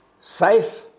Safe